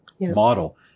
model